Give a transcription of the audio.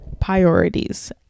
priorities